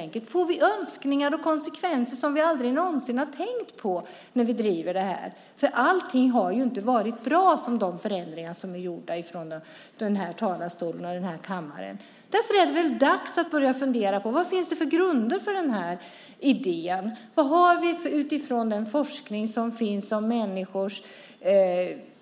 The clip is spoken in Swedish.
Vi kanske får önskningar och konsekvenser som vi aldrig någonsin har tänkt på när vi driver det här. Allting har ju inte varit bra med de förändringar som är gjorda ifrån den här talarstolen och den här kammaren. Därför är det dags att börja fundera på detta. Vad finns det för grunder för den här idén? Vad har vi utifrån den forskning som finns om människors